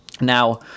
Now